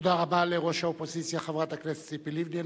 תודה רבה לראש האופוזיציה, חברת הכנסת ציפי לבני.